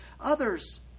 others